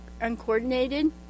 uncoordinated